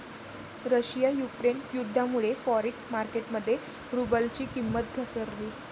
Russia Ukraine युद्धामुळे forex market मध्ये रुबलची किंमत घसरली